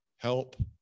help